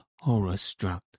horror-struck